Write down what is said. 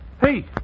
Hey